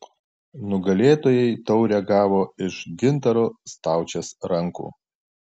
nugalėtojai taurę gavo iš gintaro staučės rankų